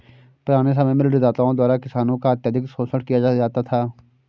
पुराने समय में ऋणदाताओं द्वारा किसानों का अत्यधिक शोषण किया जाता था